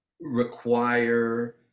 require